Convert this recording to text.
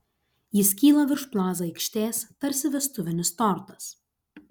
jis kyla virš plaza aikštės tarsi vestuvinis tortas